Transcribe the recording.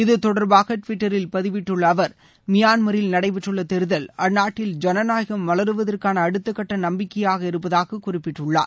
இது தொடர்பாக ட்விட்டரில் பதிவிட்டுள்ள அவர் மியான்மரில் நடைபெற்றுள்ள தேர்தல் அந்நாட்டில் ஜனநாயகம் மலருவதற்கான அடுத்த கட்ட நம்பிக்கையாக இருப்பதாக குறிப்பிட்டுள்ளார்